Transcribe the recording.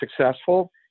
successful